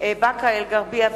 באקה-אל-ע'רביה וג'ת),